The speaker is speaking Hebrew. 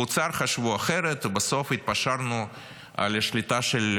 באוצר חשבו אחרת, ובסוף התפשרנו על שליטה של 30%,